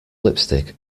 lipstick